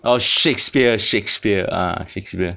orh shakespeare shakespeare ah shakespeare